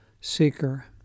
Seeker